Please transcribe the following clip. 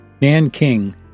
Nanking